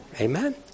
Amen